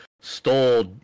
stole